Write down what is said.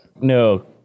No